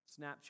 Snapchat